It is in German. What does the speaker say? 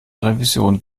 revision